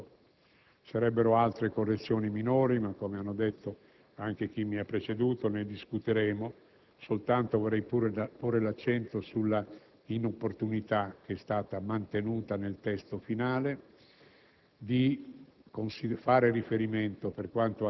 Vorrei aggiungere che queste proposte erano oggetto non di una rivoluzione, ma soltanto di una migliore definizione di competenze, dipendenze, capacità di coordinamento e di controllo.